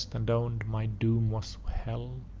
and own'd my doom was hell!